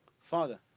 Father